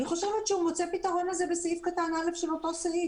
אני חושבת שהוא מוצא פתרון לזה בסעיף קטן (א) של אותו סעיף.